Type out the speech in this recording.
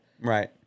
Right